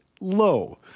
low